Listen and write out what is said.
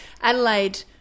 Adelaide